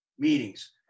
meetings